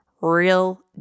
real